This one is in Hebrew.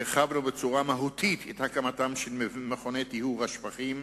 הרחבנו בצורה מהותית את הקמתם של מכוני טיהור השפכים.